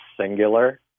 singular